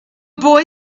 boy